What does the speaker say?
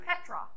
Petra